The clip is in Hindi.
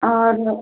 और